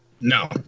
No